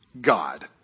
God